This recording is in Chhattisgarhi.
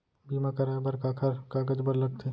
बीमा कराय बर काखर कागज बर लगथे?